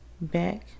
back